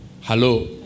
Hello